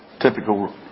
typical